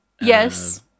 Yes